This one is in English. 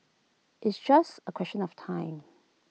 it's just A question of time